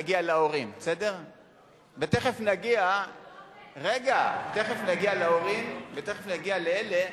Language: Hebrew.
ההורים, תיכף נגיע להורים ולאלה